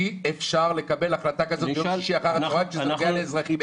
אי-אפשר לקבל החלטה כזאת ביום שישי אחר הצוהריים כשזה נוגע לאזרחים.